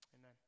Amen